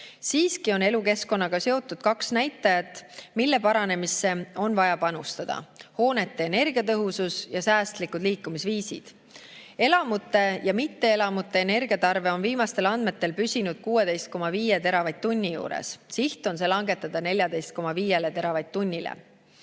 Siiski on elukeskkonnaga seotud kaks näitajat, mille paranemisse on vaja panustada: hoonete energiatõhusus ja säästlikud liikumisviisid. Elamute ja mitteelamute energiatarve on viimastel andmetel püsinud 16,5 teravatt‑tunni juures. Siht on langetada see 14,5 teravatt-tunnini.